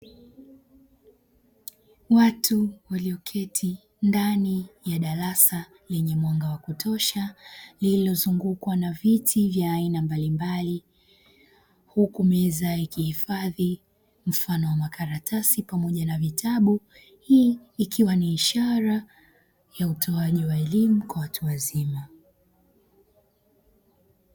Watu walioketi ndani ya darasa lenye mwanga wa kutosha lililozungukwa na viti vya aina mbalimbali huku meza ikihifidhi mfano wa makaratasi pamoja na vitabu, hii ikiwa ni ishara ya utoaji wa elimu kwa watu wazima.